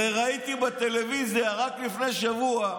הרי ראיתי בטלוויזיה רק לפני שבוע,